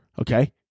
Okay